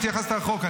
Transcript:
לחוק.